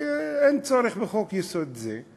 אין צורך בחוק-יסוד זה,